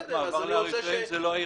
תחנת מעבר לאריתראים זה לא העירייה.